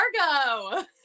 Cargo